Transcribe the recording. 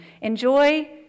Enjoy